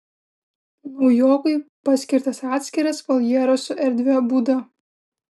naujokui paskirtas atskiras voljeras su erdvia būda